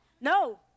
No